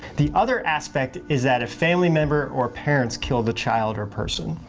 the other aspect is that a family member or parents killed the child or person.